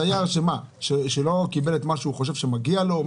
מדובר על דייר שלא קיבל את מה שהוא חושב שמגיע לו?